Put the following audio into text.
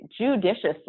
judiciously